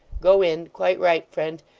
go in. quite right, friend.